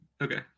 Okay